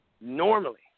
Normally